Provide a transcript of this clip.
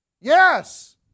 Yes